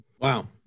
Wow